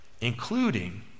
including